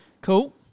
Cool